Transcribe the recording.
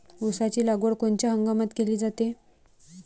ऊसाची लागवड कोनच्या हंगामात केली जाते?